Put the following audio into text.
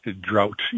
drought